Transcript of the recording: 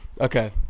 Okay